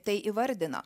tai įvardino